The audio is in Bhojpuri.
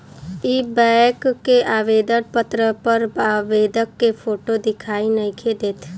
इ बैक के आवेदन पत्र पर आवेदक के फोटो दिखाई नइखे देत